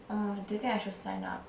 um do you think I should sign up